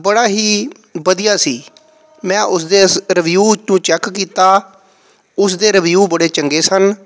ਬੜਾ ਹੀ ਵਧੀਆ ਸੀ ਮੈਂ ਉਸ ਦੇ ਇਸ ਰਿਵਿਊ ਤੋਂ ਚੈੱਕ ਕੀਤਾ ਉਸ ਦੇ ਰਿਵਿਊ ਬੜੇ ਚੰਗੇ ਸਨ